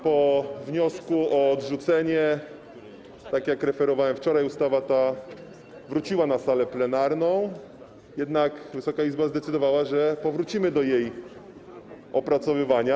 Po wniosku o odrzucenie, tak jak referowałem wczoraj, ustawa ta wróciła na salę plenarną, jednak Wysoka Izba zdecydowała, że powrócimy do jej opracowywania.